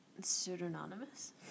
Pseudonymous